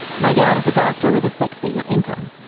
my dad is a doctor with a six figure income.